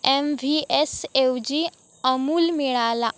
M V एसऐवजी अमूल मिळाला